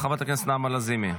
חברת הכנסת נעמה לזימי.